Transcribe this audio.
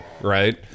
right